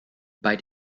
bei